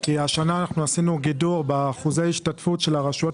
כי השנה עשינו גידור באחוזי ההשתתפות של הרשויות